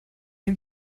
ein